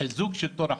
חיזוק שלטון החוק.